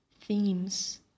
themes